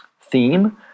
theme